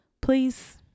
please